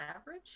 average